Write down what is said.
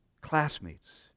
classmates